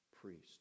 priest